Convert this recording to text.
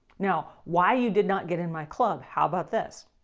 now why you did not get in my club, how about this